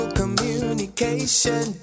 communication